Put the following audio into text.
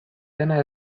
dena